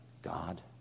god